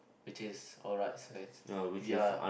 which is alright so it's we are